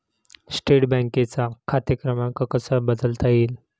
State बँकेचा खाते क्रमांक कसा बदलता येईल?